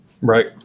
right